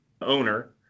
owner